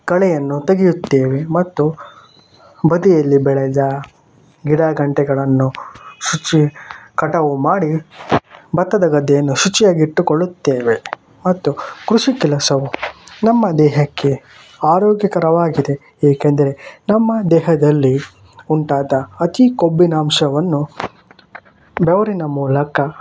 ಕಳೆಯನ್ನು ತೆಗೆಯುತ್ತೇವೆ ಮತ್ತು ಬದಿಯಲ್ಲಿ ಬೆಳೆದ ಗಿಡ ಗಂಟಿಗಳನ್ನು ಶುಚಿ ಕಟಾವು ಮಾಡಿ ಭತ್ತದ ಗದ್ದೆಯನ್ನು ಶುಚಿಯಾಗಿಟ್ಟುಕೊಳ್ಳುತ್ತೇವೆ ಮತ್ತು ಕೃಷಿ ಕೆಲಸವು ನಮ್ಮ ದೇಹಕ್ಕೆ ಆರೋಗ್ಯಕರವಾಗಿದೆ ಏಕೆಂದರೆ ನಮ್ಮ ದೇಹದಲ್ಲಿ ಉಂಟಾದ ಅತಿ ಕೊಬ್ಬಿನ ಅಂಶವನ್ನು ಬೆವರಿನ ಮೂಲಕ